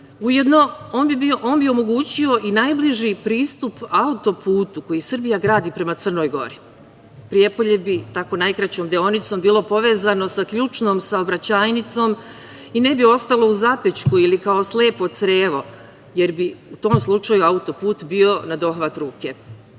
on bi omogućio i najbliži pristup autoputu koji Srbija gradi prema Crnoj Gori. Prijepolje bi tako najkraćom deonicom bilo povezano sa ključnom saobraćajnicom i ne bi ostalo u zapećku ili kao slepo crevo, jer bi u tom slučaju autoput bio na dohvat